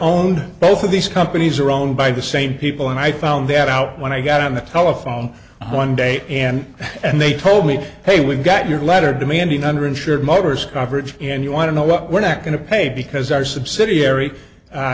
own both of these companies are owned by the same people and i found that out when i got on the telephone one day and and they told me hey we got your letter demanding under insured motors coverage and you want to know what we're not going to pay because our subsidiary